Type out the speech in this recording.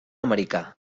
americà